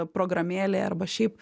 programėlėj arba šiaip